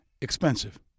expensive